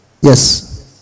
yes